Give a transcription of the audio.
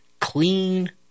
clean